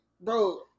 bro